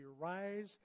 rise